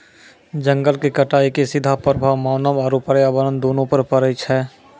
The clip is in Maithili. जंगल के कटाइ के सीधा प्रभाव मानव आरू पर्यावरण दूनू पर पड़ै छै